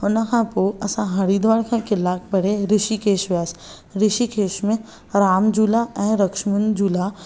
हुन खां पोइ असां हरिद्वार खां कलाकु परे ॠषिकेश वियासीं ॠषिकेश में राम झुला ऐं लक्ष्मण झुला